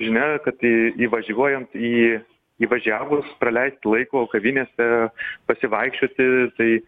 žinia kad į įvažiuojant į įvažiavus praleist laiko kavinėse pasivaikščioti tai